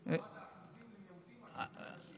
אמרת אחוזים למיעוטים, אחוזים לנשים, כמה באחוזים?